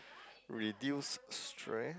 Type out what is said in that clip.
reduce stress